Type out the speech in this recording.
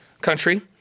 country